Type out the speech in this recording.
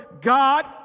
God